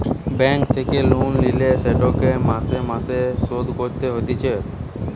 bank থেকে loan লিলে সেটিকে মাসে মাসে শোধ করতে হতিছে